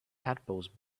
tadpoles